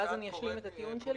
ואז אני אשלים את הטיעון שלי.